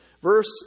Verse